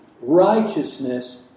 Righteousness